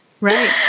right